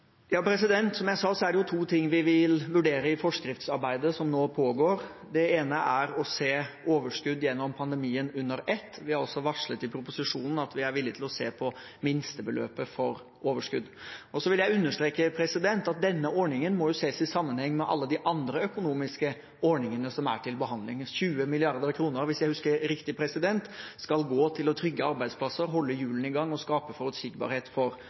Som jeg sa, er det to ting vi vil vurdere i forskriftsarbeidet som nå pågår. Det ene er å se overskudd gjennom pandemien under ett. Vi har også varslet i proposisjonen at vi er villig til å se på minstebeløpet for overskudd. Så vil jeg understreke at denne ordningen må ses i sammenheng med alle de andre økonomiske ordningene som er til behandling. 20 mrd. kr, hvis jeg husker riktig, skal gå til å trygge arbeidsplasser, holde hjulene i gang og skape forutsigbarhet for